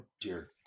dear